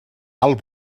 alt